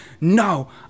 no